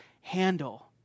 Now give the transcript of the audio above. handle